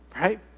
right